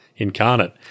Incarnate